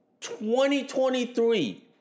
2023